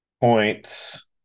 points